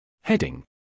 Heading